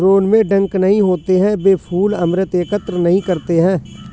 drone में डंक नहीं होते हैं, वे फूल अमृत एकत्र नहीं करते हैं